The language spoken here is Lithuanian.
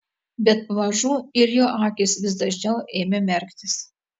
bet pamažu ir jo akys vis dažniau ėmė merktis